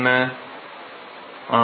மாணவர் ஆம்